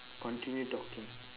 continue talking